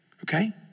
okay